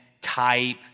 type